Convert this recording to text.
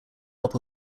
help